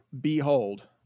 Behold